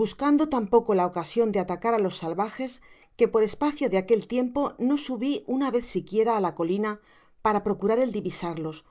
buscando tan poco la ocasion de atacar á los salvajes que por espacio de aquel tiempo no subi una vez siquiera á la colina para procurar el divisarlos ó